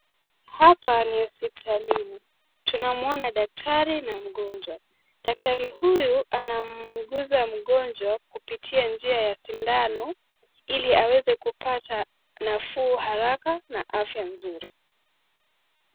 Hapa ni hospitalini tunamwona daktari na mgonjwa. Daktari huyu anamuuguza mgonjwa kupitia njia ya sindano ili aweze kupata nafuu haraka na afya nzuri.